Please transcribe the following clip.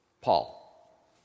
Paul